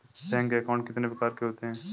Bank account कितने प्रकार के होते हैं?